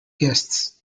guests